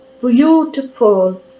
beautiful